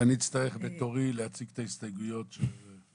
אני אצטרך בתורי להציג את ההסתייגויות שלי.